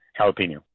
jalapeno